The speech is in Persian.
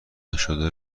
نشده